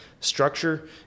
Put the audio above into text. Structure